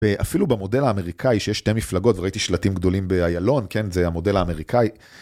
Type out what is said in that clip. אפילו במודל האמריקאי שיש שתי מפלגות וראיתי שלטים גדולים באיילון כן זה המודל האמריקאי.